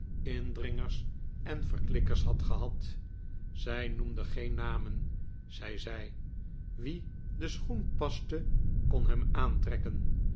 indringers en verklikkers had gehad zij noemde geen namen zei zij wie de schoen paste kon hem aantrekken